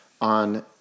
on